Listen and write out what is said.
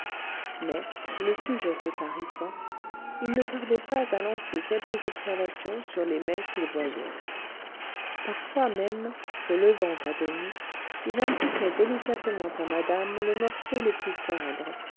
mais le sujet se tarissant il ne tardait pas à lancer quelques observations sur les mets qu'il voyait parfois même se levant à demi il indiquait délicatement à madame le morceau le plus tendre